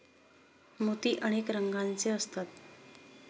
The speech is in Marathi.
मोती अनेक रंगांचे असतात